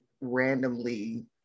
randomly